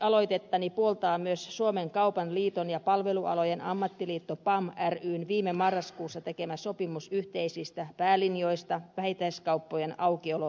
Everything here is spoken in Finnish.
lakialoitettani puoltaa myös suomen kaupan liiton ja palvelualojen ammattiliiton pam ryn viime marraskuussa tekemä sopimus yhteisistä päälinjoista vähittäiskauppojen aukioloajoiksi